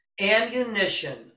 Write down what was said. ammunition